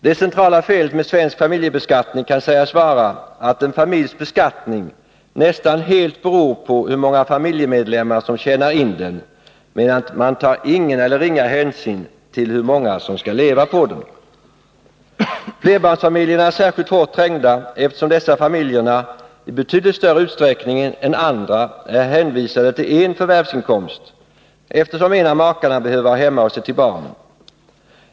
Det centrala felet med svensk familjebeskattning kan sägas vara att en familjs beskattning nästan helt beror på hur många familjemedlemmar som tjänar in inkomsten, medan man tar ingen eller ringa hänsyn till hur många som skall leva på den inkomsten. Flerbarnsfamiljerna är särskilt hårt trängda. Dessa familjer är i betydligt större utsträckning än andra hänvisade till en förvärvsinkomst, eftersom en av makarna behöver vara hemma och se till barnen.